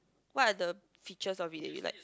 what are the features of it that you like